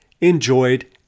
enjoyed